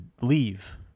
leave